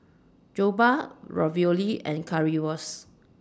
Jokbal Ravioli and Currywurst